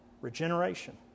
Regeneration